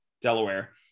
Delaware